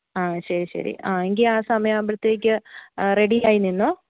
ആ ശരി ശരി ആ എങ്കിൽ ആ സമയം ആവുമ്പോഴത്തേക്ക് റെഡി ആയി നിന്നോ